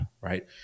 right